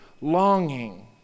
longing